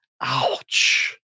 Ouch